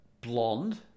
blonde